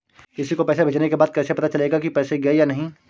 किसी को पैसे भेजने के बाद कैसे पता चलेगा कि पैसे गए या नहीं?